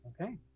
Okay